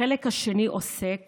החלק השני עוסק